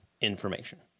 information